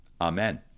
amen